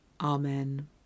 Amen